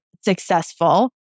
successful